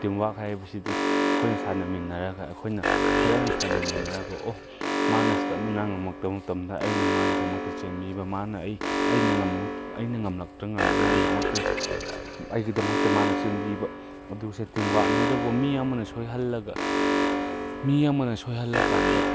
ꯇꯤꯝꯋꯥꯔꯛ ꯍꯥꯏꯕꯁꯤꯗꯤ ꯑꯩꯈꯣꯏꯅ ꯁꯥꯟꯅꯔꯃꯤꯟꯅꯔꯒ ꯑꯩꯈꯣꯏꯅ ꯐꯖꯅ ꯁꯥꯟꯅꯃꯤꯟꯅꯔꯒ ꯑꯣ ꯃꯥꯅ ꯏꯁꯇꯦꯃꯤꯅꯥ ꯉꯝꯃꯛꯇꯕ ꯃꯇꯝꯗ ꯑꯩꯅ ꯃꯥꯒꯤꯗꯃꯛꯇ ꯆꯦꯟꯕꯤꯕ ꯃꯥꯅ ꯑꯩ ꯑꯩꯅ ꯑꯩꯅ ꯉꯝꯂꯛꯇ꯭ꯔꯀꯥꯟꯗ ꯃꯥꯏꯗꯃꯛꯇ ꯑꯩꯒꯤꯗꯃꯛꯇ ꯃꯥꯅ ꯆꯦꯟꯕꯤꯕ ꯑꯗꯨꯁꯦ ꯇꯤꯝꯋꯥꯔꯛꯅꯦ ꯑꯗꯨꯕꯨ ꯃꯤ ꯑꯃꯅ ꯁꯣꯏꯍꯜꯂꯒ ꯃꯤ ꯑꯃꯅ ꯁꯣꯏꯍꯜꯂꯀꯥꯟꯗ